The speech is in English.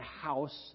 house